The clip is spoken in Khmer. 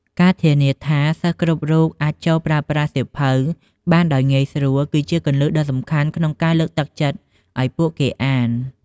ការធានាថា សិស្សគ្រប់រូបអាចចូលប្រើប្រាស់សៀវភៅបានដោយងាយស្រួល គឺជាគន្លឹះដ៏សំខាន់ក្នុងការលើកទឹកចិត្តឱ្យពួកគេអាន។